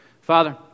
Father